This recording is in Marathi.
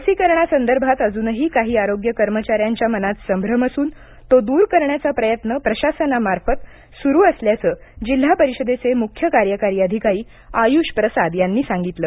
लसीकरणासंदर्भात अजूनही काही आरोग्य कर्मचाऱ्यांच्या मनात संभ्रम असून तो दूर करण्याचा प्रयत्न प्रशासनातर्फे सुरु असल्याचं जिल्हा परिषदेचे मुख्य कार्यकारी अधिकारी आयुष प्रसाद यांनी सांगितलं